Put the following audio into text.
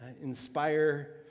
inspire